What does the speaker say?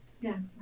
Yes